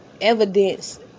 evidence